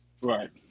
Right